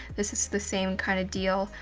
this is the same kind of deal,